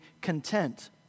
content